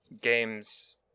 games